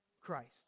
Christ